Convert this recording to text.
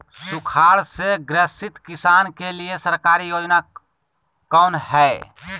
सुखाड़ से ग्रसित किसान के लिए सरकारी योजना कौन हय?